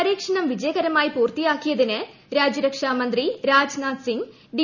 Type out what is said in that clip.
പരീക്ഷണം വിജയകരമായി പൂർത്തിയാക്കിയതിന് രാജ്യരക്ഷാ മന്ത്രി രാജ്നാഥ് സിംഗ് ഡി